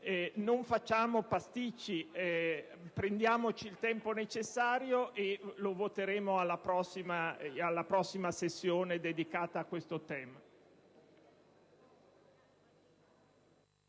Non facciamo pasticci. Prendiamoci il tempo necessario e voteremo nella prossima sessione dedicata a questo